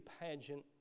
pageant